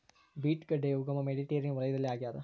beet ಗಡ್ಡೆಯ ಉಗಮ Mediterranean ವಲಯದಲ್ಲಿ ಆಗ್ಯಾದ